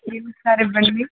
సరే ఇవ్వండి